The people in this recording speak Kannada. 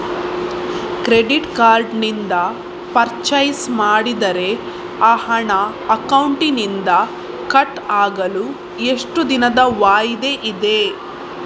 ಕ್ರೆಡಿಟ್ ಕಾರ್ಡ್ ನಿಂದ ಪರ್ಚೈಸ್ ಮಾಡಿದರೆ ಆ ಹಣ ಅಕೌಂಟಿನಿಂದ ಕಟ್ ಆಗಲು ಎಷ್ಟು ದಿನದ ವಾಯಿದೆ ಇದೆ?